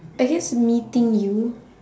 I guess meeting you